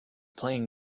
playing